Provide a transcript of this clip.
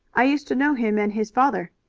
i used to know him and his father.